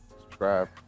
subscribe